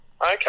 Okay